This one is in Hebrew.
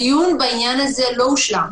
הדיון בעניין הזה לא הושלם.